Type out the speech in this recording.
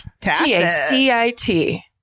T-A-C-I-T